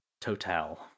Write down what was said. total